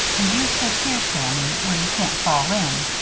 and you sit here, sammy, where you can't fall in.